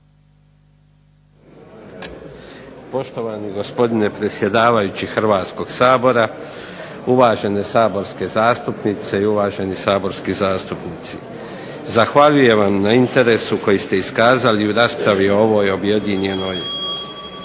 Poštovani gospodine predsjedavajući Hrvatskog sabora, uvažene saborske zastupnice i uvaženi saborski zastupnici. Zahvaljujem vam na interesu koji ste iskazali u raspravi u ovoj objedinjenoj